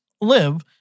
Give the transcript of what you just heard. live